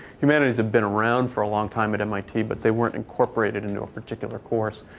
humanities have been around for a long time at mit. but they weren't incorporated into a particular course,